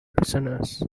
prisoners